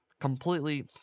Completely